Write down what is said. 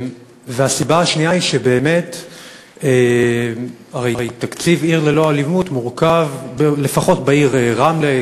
הסיבה השנייה היא שתקציב "עיר ללא אלימות" לפחות בעיר רמלה,